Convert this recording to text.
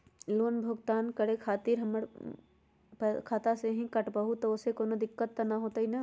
Loan भुगतान करे के खातिर पैसा हमर खाता में से ही काटबहु त ओसे कौनो दिक्कत त न होई न?